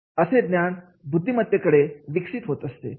आणि असे ज्ञान बुद्धिमत्तेमध्ये विकसित होत असते